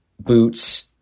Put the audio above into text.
boots